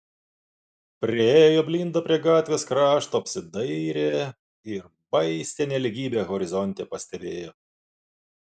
priėjo blinda prie gatvės krašto apsidairė ir baisią nelygybę horizonte pastebėjo